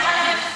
זה על המכסה.